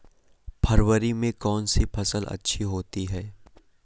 फरवरी में कौन सी फ़सल अच्छी होती है?